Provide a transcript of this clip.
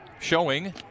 Showing